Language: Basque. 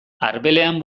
arbelean